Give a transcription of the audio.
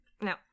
no